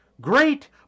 great